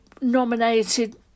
nominated